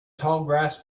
tallgrass